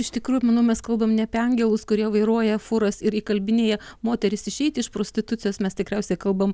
iš tikrųjų manau mes kalbam ne angelus kurie vairuoja fūras ir įkalbinėja moteris išeiti iš prostitucijos mes tikriausiai kalbam